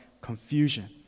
confusion